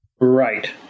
Right